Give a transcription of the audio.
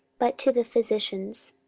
but to the physicians.